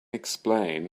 explain